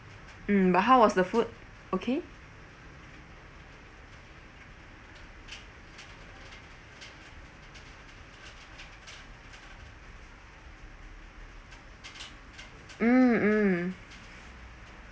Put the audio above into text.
mm but how was the food okay mm mm